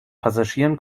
passagieren